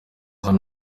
hano